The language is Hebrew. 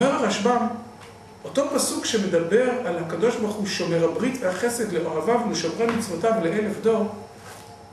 אומר הרשב"ם, אותו פסוק שמדבר על הקדוש ברוך הוא שומר הברית והחסד לאוהביו ולשומרי מצוותיו לאלף דור